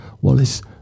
wallace